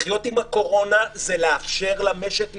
לחיות עם הקורונה זה לאפשר למשק להתקיים.